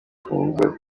twumva